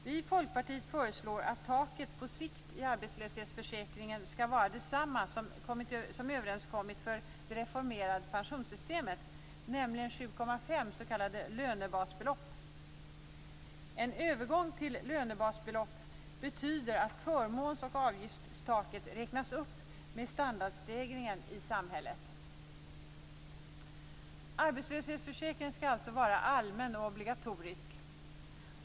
Vi i Folkpartiet föreslår att taket i arbetslöshetsförsäkringen på sikt skall vara detsamma som överenskommits för det reformerade pensionssystemet, nämligen 7,5 s.k. lönebasbelopp. En övergång till lönebasbelopp betyder att förmåns och avgiftstaket räknas upp med standardstegringen i samhället. Arbetslöshetsförsäkringen skall alltså vara allmän och obligatorisk.